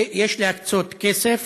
יש להקצות כסף